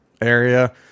area